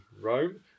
Rome